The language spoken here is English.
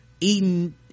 eating